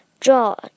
George